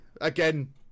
Again